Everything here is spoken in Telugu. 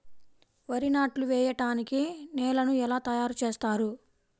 వరి నాట్లు వేయటానికి నేలను ఎలా తయారు చేస్తారు?